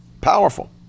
Powerful